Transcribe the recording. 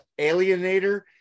Alienator